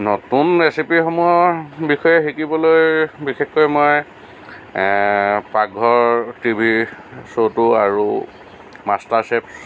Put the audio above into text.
নতুন ৰেচিপিসমূহৰ বিষয়ে শিকিবলৈ বিশেষকৈ মই পাকঘৰ টি ভি শ্ব'টো আৰু মাষ্টাৰ ছেফ